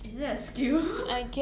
is that a skill